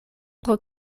pro